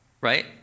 right